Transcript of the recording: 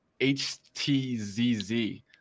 HTZZ